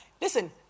Listen